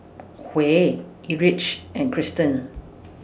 Huey Erich and Cristen